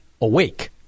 awake